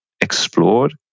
explored